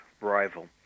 rival